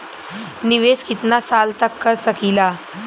निवेश कितना साल तक कर सकीला?